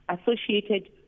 associated